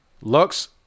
Lux